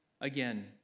again